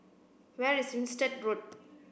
where is Winstedt Road